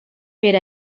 per